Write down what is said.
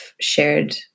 shared